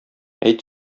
әйт